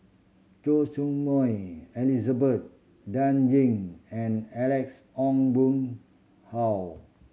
Choy Su Moi Elizabeth Dan Ying and Alex Ong Boon Hau